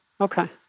Okay